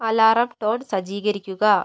alarm tone സജ്ജീകരിക്കുക